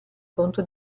conto